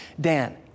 Dan